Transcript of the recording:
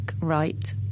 right